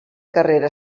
carrera